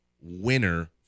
winner